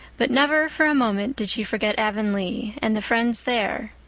but never for a moment did she forget avonlea and the friends there.